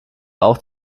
auch